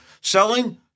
selling